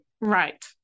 right